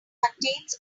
contains